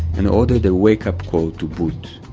and ordered a wake-up call to boot